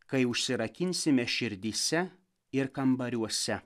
kai užsirakinsime širdyse ir kambariuose